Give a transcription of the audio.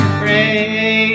pray